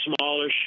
smaller